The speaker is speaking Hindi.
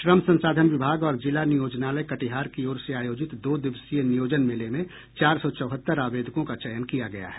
श्रम संसाधन विभाग और जिला नियोजनालय कटिहार की ओर से आयोजित दो दिवसीय नियोजन मेले में चार सौ चौहत्तर आवेदकों का चयन किया गया है